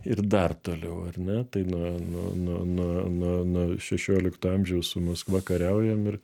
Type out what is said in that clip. ir dar toliau ar ne tai nuo nuo šešiolikto amžiaus su maskva kariaujam ir